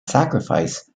sacrifice